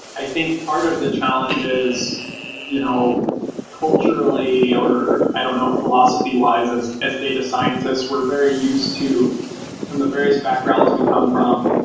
i think part of the challenges you know culturally, or i don't know philosophy-wise. as as data scientists, we're very used to from the various backgrounds we come from,